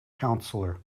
counsellor